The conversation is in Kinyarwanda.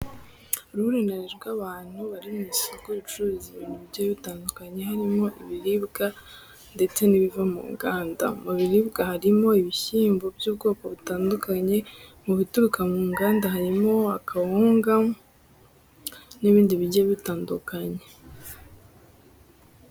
Uruhurirane rw'abantu bari mu isoko ricururizwamo ibintu bigiye bitandukanye harimo: ibiribwa ndetse n'ibiva mu nganda, mu biribwa harimo ibishyimbo by'ubwoko butandukanye, mu bituruka mu nganda harimo akawunga n'ibindi bigiye bitandukanye.